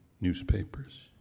newspapers